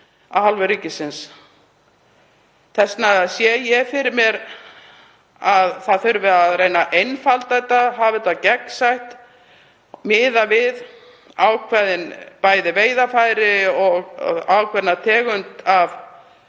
af hálfu ríkisins. Þess vegna sé ég fyrir mér að það þurfi að reyna að einfalda þetta, hafa það gegnsætt, miða við ákveðin veiðarfæri og ákveðna tegund af